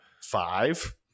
five